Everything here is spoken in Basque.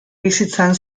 bizitzan